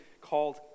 called